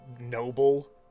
noble